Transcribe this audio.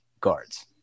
guards